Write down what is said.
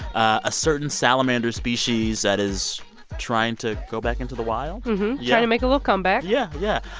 ah a certain salamander species that is trying to go back into the wild trying to make a little comeback yeah, yeah,